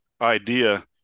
idea